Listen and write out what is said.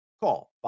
Call